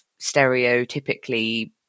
stereotypically